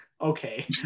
okay